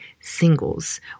singles